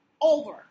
over